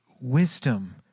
wisdom